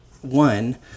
one